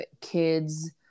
kids